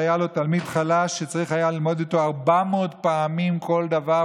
והיה לו תלמיד חלש שצריך היה ללמוד איתו 400 פעמים כל דבר,